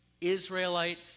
Israelite